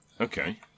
Okay